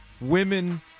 Women